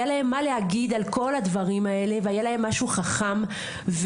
היה להם מה להגיד על כל הדברים האלה והיה להם משהו חכם ושהוא